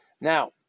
Now